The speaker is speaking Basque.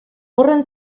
horren